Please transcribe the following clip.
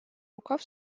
рукав